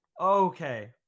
okay